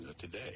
today